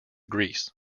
greece